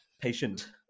patient